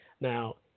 Now